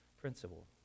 principle